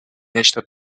нечто